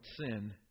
sin